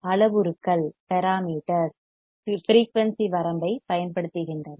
அளவுருக்கள் parameters parameters frequency வரம்பைப் பயன்படுத்துகின்றன